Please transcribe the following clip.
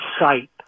sight